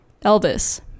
Elvis